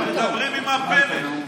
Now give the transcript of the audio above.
מדברים עם מר פלא.